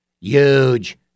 huge